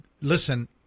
listen